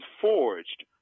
forged